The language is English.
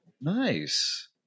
nice